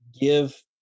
give